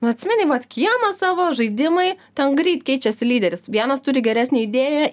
nu atsimeni vat kiemą savo žaidimai ten greit keičiasi lyderis vienas turi geresnę idėją